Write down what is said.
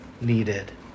needed